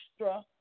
extra